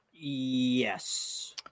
yes